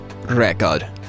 record